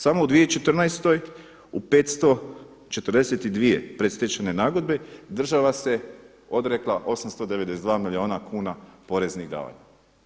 Samo u 2014. u 542 predstečajne nagodbe država se odrekla 892 milijuna kuna poreznih davanja.